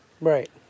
Right